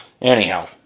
Anyhow